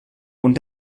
und